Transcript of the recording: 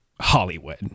hollywood